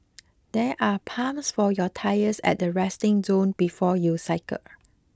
there are pumps for your tyres at the resting zone before you cycle